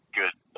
good